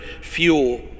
fuel